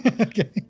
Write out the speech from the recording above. Okay